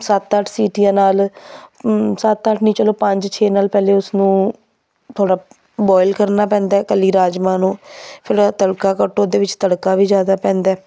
ਸੱਤ ਅੱਠ ਸੀਟੀਆਂ ਨਾਲ ਸੱਤ ਅੱਠ ਨਹੀਂ ਚਲੋ ਪੰਜ ਛੇ ਨਾਲ ਪਹਿਲੇ ਉਸਨੂੰ ਥੋੜ੍ਹਾ ਬੋਇਲ ਕਰਨਾ ਪੈਂਦਾ ਇਕੱਲੀ ਰਾਜਮਾਂਹ ਨੂੰ ਫਿਰ ਤੜਕਾ ਕੱਟੋ ਉਹਦੇ ਵਿੱਚ ਤੜਕਾ ਵੀ ਜ਼ਿਆਦਾ ਪੈਂਦਾ